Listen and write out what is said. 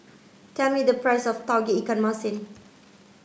tell me the price of Tauge Ikan Masin